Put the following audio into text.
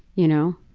you know.